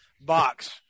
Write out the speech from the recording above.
box